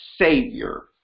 savior